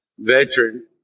veteran